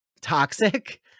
toxic